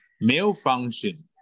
Malfunction